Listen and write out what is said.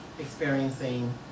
experiencing